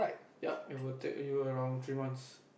ya it will take you around three months